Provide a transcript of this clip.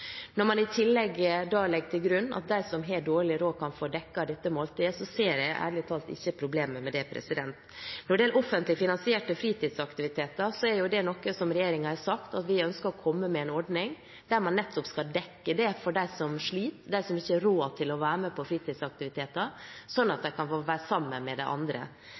Når man i tillegg da legger til grunn at de som har dårlig råd, kan få dekket dette måltidet, ser jeg ærlig talt ikke problemet med det. Når det gjelder offentlig finansierte fritidsaktiviteter, har regjeringen sagt at vi ønsker å komme med en ordning der man nettopp skal dekke det for dem som sliter, de som ikke har råd til å være med på fritidsaktiviteter, sånn at de kan få være sammen med de andre. Det